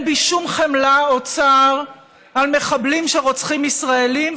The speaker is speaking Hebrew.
אין בי שום חמלה או צער על מחבלים שרוצחים ישראלים,